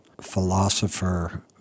philosopher